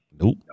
Nope